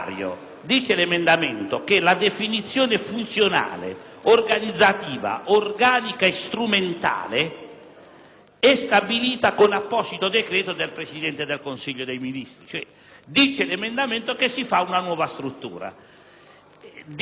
è stabilita con apposito decreto del Presidente del Consiglio dei ministri». In sostanza, l'emendamento parla di una nuova struttura e difficilmente le nuove strutture non costano. Mi pare molto difficile.